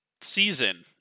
season